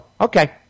Okay